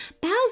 Bowser